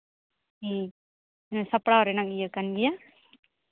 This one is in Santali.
ᱦᱮᱸ ᱥᱟᱯᱲᱟᱣ ᱨᱮᱱᱟᱝ ᱤᱭᱟᱹ ᱠᱟᱱ ᱜᱮᱭᱟ